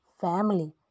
Family